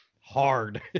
Hard